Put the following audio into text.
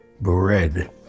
bread